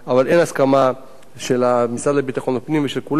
אבל אין הסכמה של המשרד לביטחון הפנים ושל כולם.